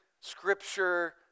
scripture